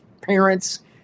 parents